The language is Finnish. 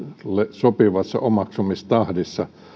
sopivassa omaksumistahdissa mutta